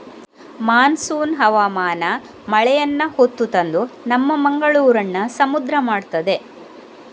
monsoon ಹವಾಮಾನ ಮಳೆಯನ್ನ ಹೊತ್ತು ತಂದು ನಮ್ಮ ಮಂಗಳೂರನ್ನ ಸಮುದ್ರ ಮಾಡ್ತದೆ